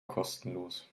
kostenlos